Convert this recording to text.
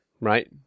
right